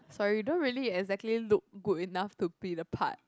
sorry you don't really exactly look good enough to play the part